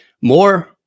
More